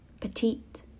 petite